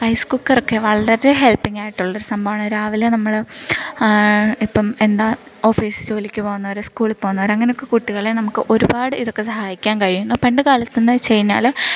rice കുക്കറൊക്കെ വളരെ ഹെൽപ്പിംങ്ങായിട്ടുള്ളൊരു സംഭവമാണ് രാവിലെ നമ്മൾ ഇപ്പം എന്താ ഓഫീസ് ജോലിക്ക് പോകുന്നവർ സ്കൂളിൽ പോകുന്നവർ അങ്ങനെയൊക്കെ കുട്ടികളെ നമുക്ക് ഒരുപാട് ഇതൊക്ക സഹായിക്കാൻ കഴിയും പണ്ട് കാലത്ത് എന്താന്ന് വെച്ചു കഴിഞ്ഞാൽ